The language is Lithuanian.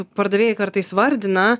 pardavėjai kartais vardina